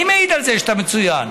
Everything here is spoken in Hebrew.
אני מעיד על זה שאתה מצוין.